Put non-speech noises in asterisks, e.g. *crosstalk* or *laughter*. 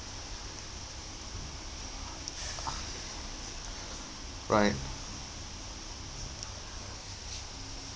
*breath* right